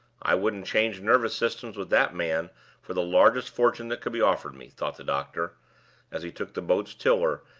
i wouldn't change nervous systems with that man for the largest fortune that could be offered me, thought the doctor as he took the boat's tiller,